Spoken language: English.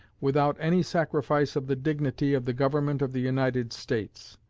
without any sacrifice of the dignity of the government of the united states.